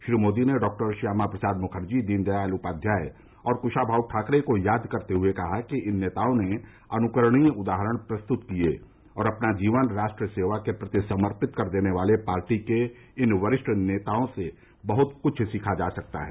श्री मोदी ने डॉक्टर श्यामा प्रसाद मुखर्जी दीनदयाल उपाध्याय और क्शाभाऊ ठाकरे को याद करते हुए कहा कि इन नेताओं ने अनुकरणीय उदाहरण प्रस्तुत किये और अपना जीवन राष्ट्र सेवा के प्रति समर्पित कर देने वाले पार्टी के इन वरिष्ठ कार्यकर्ताओं से बहुत कुछ सीखा जा सकता है